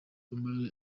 amaze